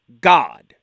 God